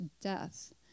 death